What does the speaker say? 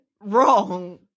wrong